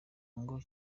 ngo